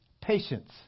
patience